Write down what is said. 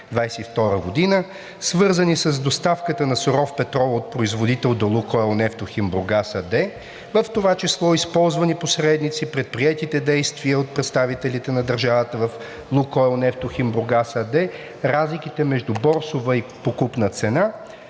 2022 г., свързани с доставката на суров петрол от производител „Лукойл Нефтохим Бургас“ АД, в това число използвани посредници, предприетите действия от представителите на държавата в „Лукойл Нефтохим Бургас“ АД, разликите между борсова и покупна цена.“